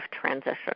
transition